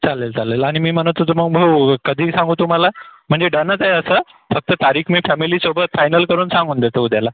चालेल चालेल आणि मी म्हणत होतो मग भाऊ कधी सांगू तुम्हाला म्हणजे डनच आहे असं फक्त तारीख मी फॅमिलीसोबत फायनल करून सांगून देतो उद्याला